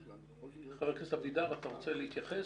חבר הכנסת אבידר, אתה רוצה להתייחס?